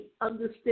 understand